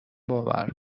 باور